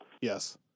Yes